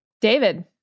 David